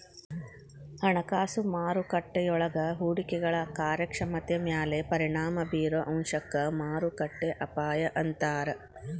ಹಣಕಾಸು ಮಾರುಕಟ್ಟೆಯೊಳಗ ಹೂಡಿಕೆಗಳ ಕಾರ್ಯಕ್ಷಮತೆ ಮ್ಯಾಲೆ ಪರಿಣಾಮ ಬಿರೊ ಅಂಶಕ್ಕ ಮಾರುಕಟ್ಟೆ ಅಪಾಯ ಅಂತಾರ